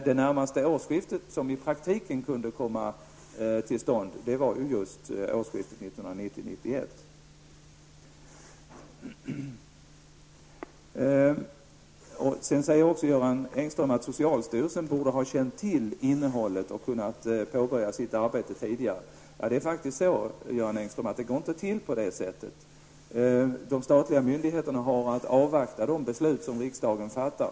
Det närmaste årsskiftet som i praktiken kunde komma i fråga var årsskiftet 1990 Göran Engström sade att socialstyrelsen borde ha känt till innehållet och kunnat påbörja sitt arbete tidigare. Det är faktiskt så, Göran Engström, att det inte går till på det sättet. De statliga myndigheterna har att avvakta de beslut som riksdagen fattar.